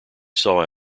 saw